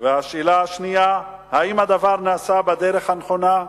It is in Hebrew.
והשאלה השנייה, האם הדבר נעשה בדרך הנכונה.